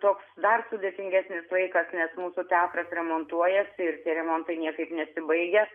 toks dar sudėtingesnis laikas nes mūsų teatras remontuojasi ir tie remontai niekaip nesibaigia